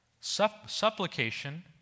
Supplication